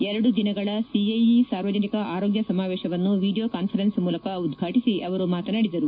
ಎರಡು ದಿನಗಳ ಸಿಐಐ ಸಾರ್ವಜನಿಕ ಆರೋಗ್ಯ ಸಮಾವೇಶವನ್ನು ವಿಡಿಯೋ ಕಾನ್ಫರೆನ್ಸ್ ಮೂಲಕ ಉದ್ವಾಟಿಸಿ ಅವರು ಮಾತನಾಡಿದರು